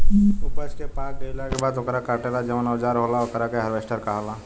ऊपज के पाक गईला के बाद ओकरा काटे ला जवन औजार होला ओकरा के हार्वेस्टर कहाला